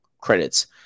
credits